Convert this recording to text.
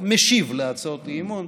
משיב על הצעות האי-אמון,